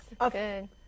Okay